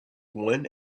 one